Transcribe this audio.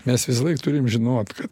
mes visąlaik turim žinot kad